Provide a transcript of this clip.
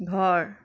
ঘৰ